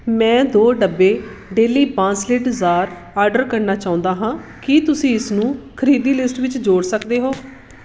ਮੈਂ ਦੋ ਡੱਬੇ ਡੇਲੀ ਬਾਂਸ ਲਿਡ ਜ਼ਾਰ ਆਡਰ ਕਰਨਾ ਚਾਹੁੰਦਾ ਹਾਂ ਕੀ ਤੁਸੀਂ ਇਸਨੂੰ ਖਰੀਦੀ ਲਿਸਟ ਵਿੱਚ ਜੋੜ ਸਕਦੇ ਹੋ